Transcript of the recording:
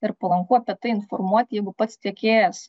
ir palanku apie tai informuoti jeigu pats tiekėjas